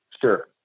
Sure